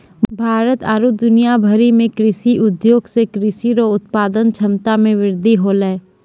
भारत आरु दुनिया भरि मे कृषि उद्योग से कृषि रो उत्पादन क्षमता मे वृद्धि होलै